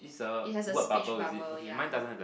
it has a speech bubble ya